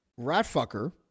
Ratfucker